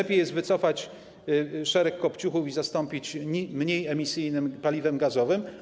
Lepiej jest wycofać szereg kopciuchów i zastąpić je mniej emisyjnym paliwem gazowym.